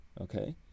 Okay